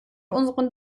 unseren